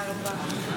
תודה רבה.